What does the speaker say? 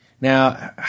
Now